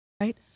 right